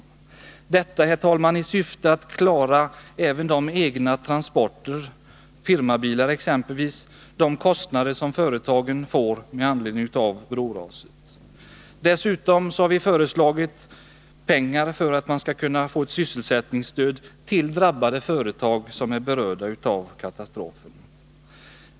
När vi ställt förslaget har vi tagit hänsyn till möjligheterna att klara de egna transporterna — exempelvis genom firmabilar — och de övriga kostnader som företagen får med anledning av broraset. Dessutom har vi föreslagit pengar för att det skall kunna utgå sysselsättningsstöd till företag som drabbats av katastrofen.